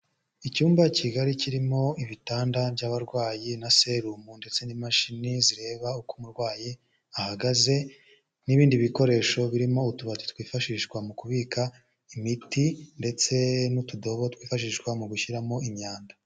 Icyumba kigari kirimo ibitanda by'abarwayi na serumu ndetse n'imashini zireba uko umurwayi ahagaze n'ibindi bikoresho birimo utubati twifashishwa mu kubika imiti ndetse n'utudobo twifashishwa mu gushyiramo imyanda.